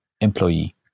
employee